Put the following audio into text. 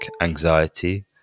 anxiety